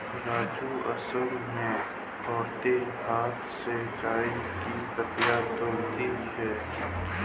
राजू असम में औरतें हाथ से चाय की पत्तियां तोड़ती है